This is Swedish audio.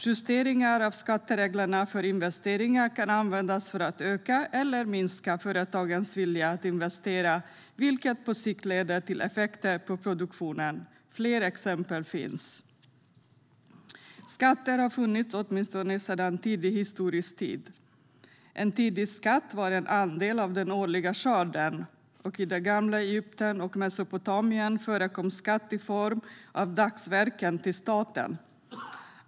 Justeringar av skattereglerna för investeringar kan användas för att öka eller minska företagens vilja att investera, vilket på sikt leder till effekter på produktionen. Fler exempel finns. Skatter har funnits åtminstone sedan tidig historisk tid. En tidig skatt var en andel av den årliga skörden, och i det gamla Egypten och i Mesopotamien förekom skatt i form av dagsverken till staten.